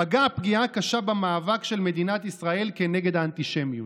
פגע פגיעה קשה במאבק של מדינת ישראל כנגד האנטישמיות.